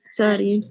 sorry